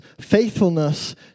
faithfulness